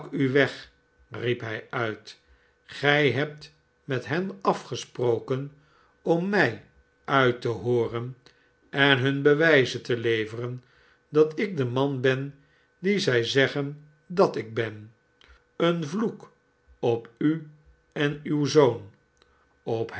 u weg riep hij uit gij hebt met hen afgesproken om mij uit te hooren en hun bewijzen te leveren dat ik de man ben dien zij zeggen dat ik ben een vloek op u en uw zoon op